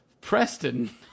preston